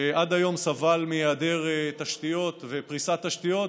שעד היום סבל מהיעדר תשתיות ופריסת תשתיות,